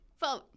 vote